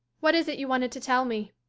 what is it you wanted to tell me?